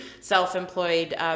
self-employed